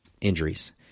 injuries